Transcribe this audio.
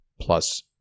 plus